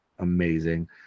amazing